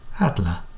Adler